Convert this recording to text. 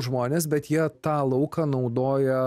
žmonės bet jie tą lauką naudoja